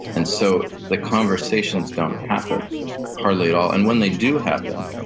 and so, the conversations don't happen hardly at all, and when they do happen,